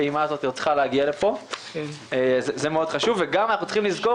הפעימה הזו עוד צריכה להגיע לפה וזה מאוד חשוב אנחנו גם צריכים לזכור